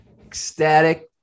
ecstatic